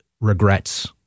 regrets—